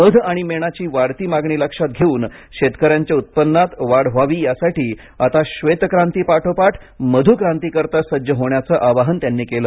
मध आणि मेणाची वाढती मागणी लक्षात घेऊन शेतकऱ्यांच्या उत्पन्नात वाढ व्हावी यासाठी आता श्वेतक्रांती पाठोपाठ मध्क्रांतीकरता सज्ज होण्याचं आवाहन त्यांनी केलं